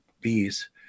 bees